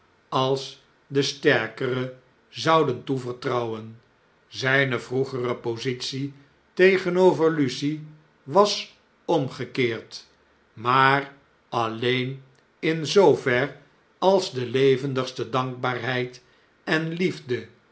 als den sterkere zouden toevertrouwen zijne vroegere positie tegenover lucie was omgekeerd maar alleen in zoover als de levendigste dankbaarheid en liefde